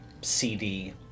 CD